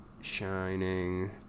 Shining